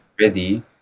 ready